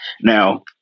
now